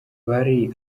bari